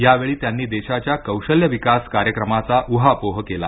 यावेळी त्यांनी देशाच्या कौशल्य विकास कार्यक्रमाचा ऊहापोह केला